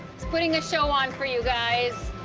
he's putting a show on for you guys.